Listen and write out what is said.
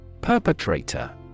Perpetrator